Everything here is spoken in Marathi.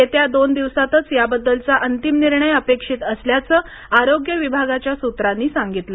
येत्या दोन दिवसांतच याबद्दलचा अंतिम निर्णय अपेक्षित असल्याचं आरोग्य विभागाच्या सूत्रांनी सांगितलं